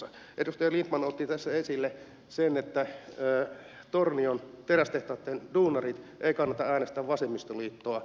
edustaja lindtman otti tässä esille sen että tornion terästehtaitten duunarin ei kannata äänestää vasemmistoliittoa